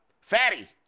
Fatty